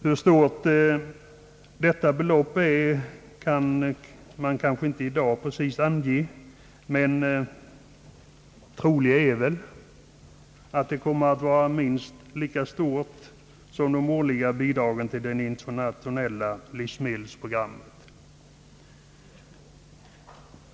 Hur stort detta belopp är kan man kanske inte ange i dag, men det troliga är väl att det kommer att vara minst lika stort som de årliga bidragen till det internationella livsmedelsprogrammet.